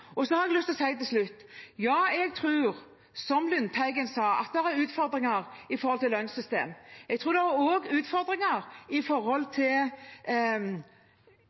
har jeg lyst til å si: Ja, jeg tror – som Lundteigen sa – at det er utfordringer knyttet til lønnssystem. Jeg tror også det er utfordringer knyttet til fysiske krav, fysiske utfordringer,